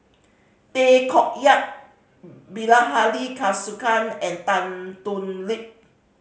Tay Koh Yat Bilahari Kausikan and Tan Thoon Lip